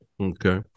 okay